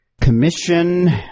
commission